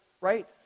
right